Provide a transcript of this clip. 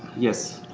yes.